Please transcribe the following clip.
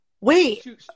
Wait